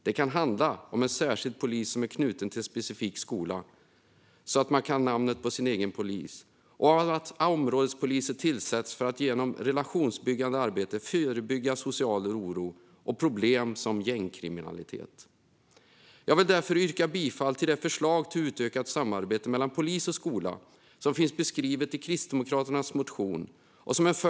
Det kan handla om en särskild polis som är knuten till en specifik skola, så att man kan namnet på sin egen polis, och om att områdespoliser tillsätts för att genom relationsbyggande arbete förebygga social oro och problem som gängkriminalitet. Jag yrkar därför bifall till reservation 3, som har sin grund i det förslag till utökat samarbete mellan polis och skola som finns beskrivet i Kristdemokraternas motion.